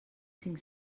cinc